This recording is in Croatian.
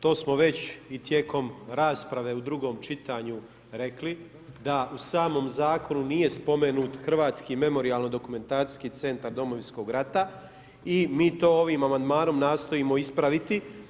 To smo već i tijekom rasprave u drugom čitanju rekli, da u samom zakonu nije spomenut Hrvatski memorijalni dokumentacijski centar Domovinskog rata i mi to ovim amandmanom nastojimo ispraviti.